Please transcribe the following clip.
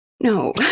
No